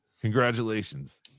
Congratulations